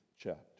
chapter